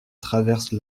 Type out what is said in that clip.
traverse